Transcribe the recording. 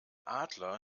adler